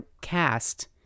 cast